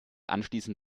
anschließend